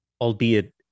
albeit